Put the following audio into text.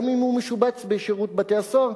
גם אם הוא משובץ בשירות בתי-הסוהר.